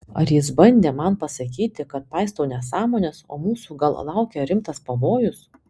ar jis bandė man pasakyti kad paistau nesąmones o mūsų gal laukia rimtas pavojus